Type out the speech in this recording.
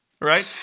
right